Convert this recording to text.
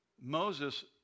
Moses